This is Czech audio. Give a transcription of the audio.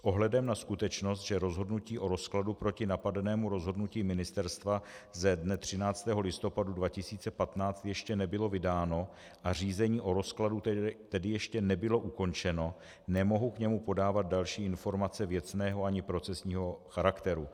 S ohledem na skutečnost, že rozhodnutí o rozkladu proti napadenému rozhodnutí ministerstva ze dne 13. listopadu 2015 ještě nebylo vydáno a řízení o rozkladu tedy ještě nebylo ukončeno, nemohu k němu podávat další informace věcného ani procesního charakteru.